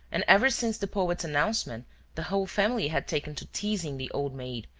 and ever since the poet's announcement the whole family had taken to teasing the old maid,